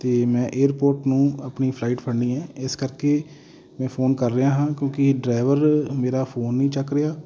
ਅਤੇ ਮੈਂ ਏਅਰਪੋਰਟ ਨੂੰ ਆਪਣੀ ਫਲਾਈਟ ਫੜਨੀ ਹੈ ਇਸ ਕਰਕੇ ਮੈਂ ਫੋਨ ਕਰ ਰਿਹਾ ਹਾਂ ਕਿਉਂਕਿ ਡਰਾਈਵਰ ਮੇਰਾ ਫੋਨ ਨਹੀਂ ਚੁੱਕ ਰਿਹਾ